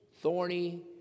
thorny